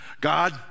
God